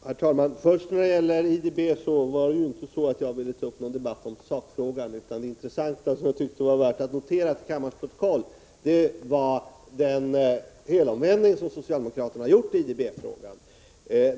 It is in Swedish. Herr talman! När det gällde IDB ville jag inte ta upp någon debatt om sakfrågorna, utan det intressanta, som jag tyckte var värt att notera till kammarens protokoll, var den helomvändning som socialdemokraterna har gjort i IDB-frågan.